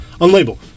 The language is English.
Unlabeled